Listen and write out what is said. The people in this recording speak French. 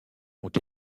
ont